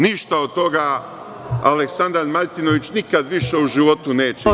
Ništa od toga Aleksandar Martinovića nikada više u životu neće imati.